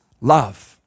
love